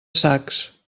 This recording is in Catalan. sacs